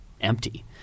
empty